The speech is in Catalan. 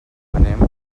anem